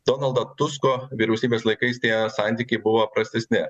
donaldo tusko vyriausybės laikais tie santykiai buvo prastesni